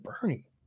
Bernie